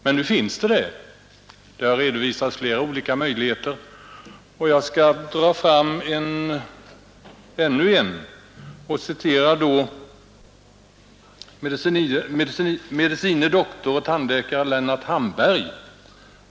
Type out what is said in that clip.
Men nu finns det sådana möjligheter — det har redan förut anvisats flera olika möjligheter, och jag skall dra fram ännu en och citerar då med. dr och tandläkare Lennart Hamberg.